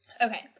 Okay